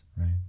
right